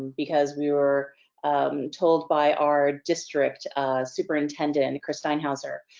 because we were told by our district superintendent, and chris steinhauser.